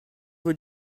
vos